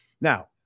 now